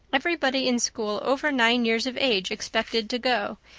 everybody in school over nine years of age expected to go,